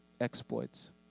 exploits